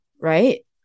right